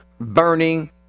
burning